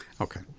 Okay